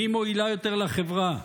מי מועילה יותר לחברה,